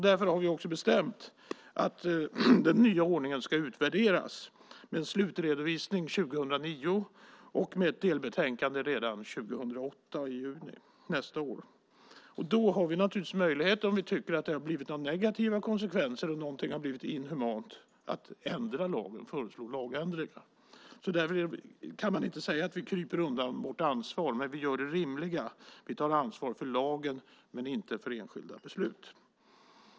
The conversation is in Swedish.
Därför har vi bestämt att den nya ordningen ska utvärderas med en slutredovisning 2009 och ett delbetänkande redan 2008, i juni nästa år. Då har vi naturligtvis möjlighet, om vi tycker att det har blivit negativa konsekvenser eller att någonting har blivit inhumant, att föreslå lagändringar och ändra lagen. Därför kan man inte säga att vi kryper undan vårt ansvar. Men vi gör det rimliga: Vi tar ansvar för lagen men inte för enskilda beslut.